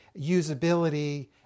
usability